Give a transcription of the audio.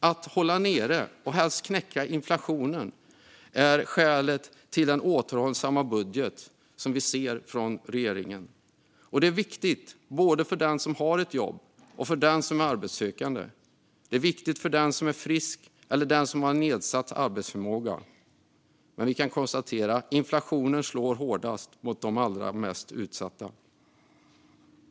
Att hålla nere och helst knäcka inflationen är skälet till den återhållsamma budget som vi ser från regeringen. Det är viktigt för både den som har ett jobb och den som är arbetssökande. Det är viktigt för den som är frisk eller den som har nedsatt arbetsförmåga. Vi kan konstatera att inflationen slår hårdast mot de allra mest utsatta.